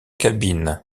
cabine